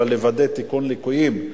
אלא לוודא תיקון ליקויים,